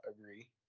agree